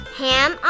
ham